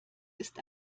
ist